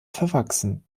verwachsen